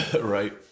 Right